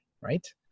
Right